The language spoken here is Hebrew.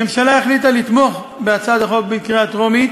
הממשלה החליטה לתמוך בהצעת החוק בקריאה טרומית